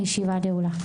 הישיבה נעולה.